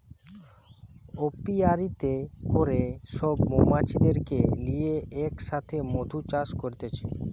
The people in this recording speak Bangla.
অপিয়ারীতে করে সব মৌমাছিদেরকে লিয়ে এক সাথে মধু চাষ করতিছে